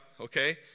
okay